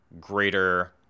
greater